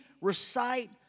recite